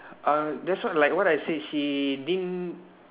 uh that's what like what I say she didn't